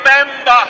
remember